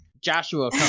Joshua